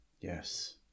Yes